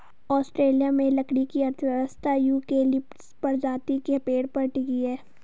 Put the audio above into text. Australia में लकड़ी की अर्थव्यवस्था यूकेलिप्टस प्रजाति के पेड़ पर टिकी है